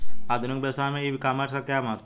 आधुनिक व्यवसाय में ई कॉमर्स का क्या महत्व है?